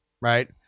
right